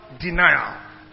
denial